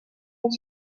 let